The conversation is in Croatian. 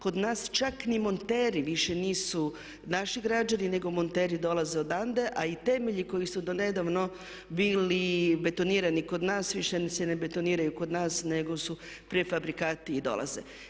Kod nas čak ni monteri više nisu naši građani nego monteri dolaze odande a i temelji koji su do nedavno bili betonirani kod nas više se ne betoniraju kod nas nego su prefabrikati i dolaze.